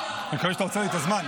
אני מקווה שאתה עוצר לי את הזמן.